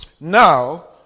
Now